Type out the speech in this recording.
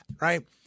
right